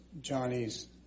Johnny's